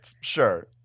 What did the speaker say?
Sure